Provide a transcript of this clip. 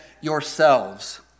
yourselves